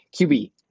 QB